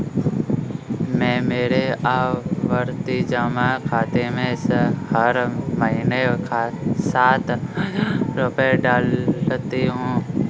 मैं मेरे आवर्ती जमा खाते में हर महीने सात हजार रुपए डालती हूँ